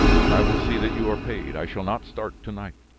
and i will see that you are paid. i shall not start to-night.